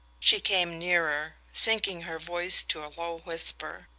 she came nearer, sinking her voice to a low whisper.